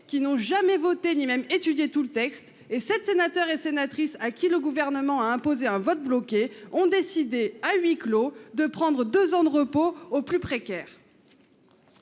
qui n'ont jamais voté ni même étudié tout le texte et sept sénateurs et sénatrices à qui le gouvernement a imposé un vote bloqué ont décidé à huis clos de prendre deux ans de repos aux plus précaires.